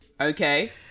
Okay